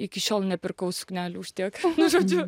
iki šiol nepirkau suknelių už tiek na žodžiu